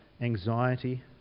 anxiety